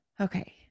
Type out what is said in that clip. Okay